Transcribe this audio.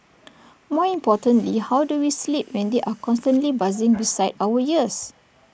more importantly how do we sleep when they are constantly buzzing beside our ears